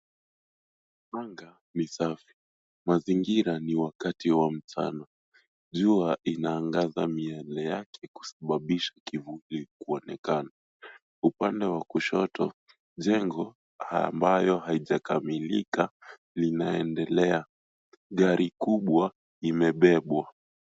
Anga ni safi, mazingira ni wakati wa mchana. Jua inaangaza miale yake kusababisha kivuli kuonekana. Upande wa kushoto, jengo ambayo haijakamilika linaendelea. Gari kubwa imebebwa.